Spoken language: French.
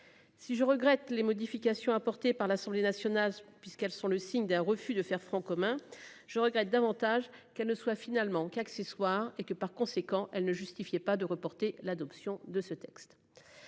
Si je regrette les modifications apportées par l'Assemblée nationale puisqu'elles sont le signe d'un refus de faire front commun. Je regrette davantage qu'elle ne soit finalement qu'accessoire et que par conséquent, elle ne justifiait pas de reporter l'adoption de ce texte.